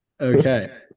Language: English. Okay